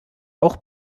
auch